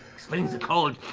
explains the cold.